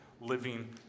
living